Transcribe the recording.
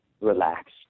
relax